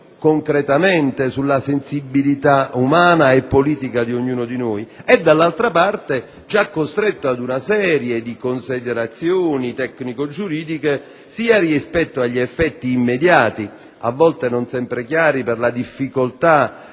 concretamente sulla sensibilità umana e politica di ognuno di noi e dall'altra parte ci ha costretto ad una serie di considerazioni tecnico‑giuridiche sia rispetto agli effetti immediati - a volte non sempre chiari per la difficoltà